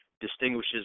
distinguishes